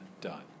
done